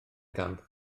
gamp